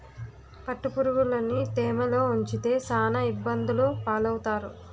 పట్టుపురుగులుని తేమలో ఉంచితే సాన ఇబ్బందులు పాలవుతారు